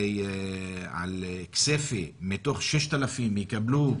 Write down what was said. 1,000, ובכסייפה מתוך 6,000 יקבלו